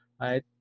right